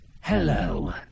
Hello